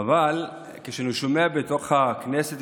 אבל אני שומע בתוך הכנסת,